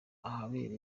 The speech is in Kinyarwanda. ahabera